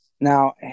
Now